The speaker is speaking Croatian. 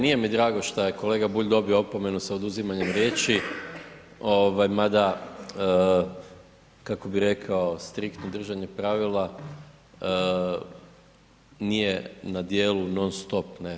Nije mi drago šta je kolega Bulj dobio opomenu sa oduzimanjem riječi ovaj mada kako bi rekao striktno držanje pravila nije na dijelu non stop.